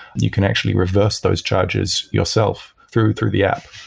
you can actually reverse those charges yourself through through the app.